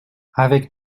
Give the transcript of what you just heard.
avec